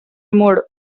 mode